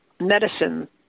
medicine